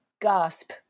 gasp